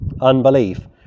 unbelief